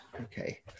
okay